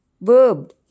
Verb